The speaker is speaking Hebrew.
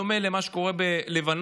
בדומה למה שקורה בלבנון,